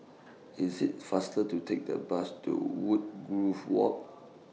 IS IT faster to Take The Bus to Woodgrove Walk